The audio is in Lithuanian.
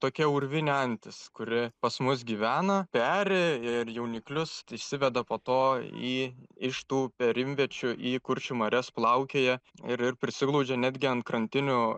tokia urvinė antis kuri pas mus gyvena peri ir jauniklius išsiveda po to į iš tų perimviečių į kuršių marias plaukioja ir ir prisiglaudžia netgi an krantinių